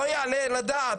לא יעלה על הדעת,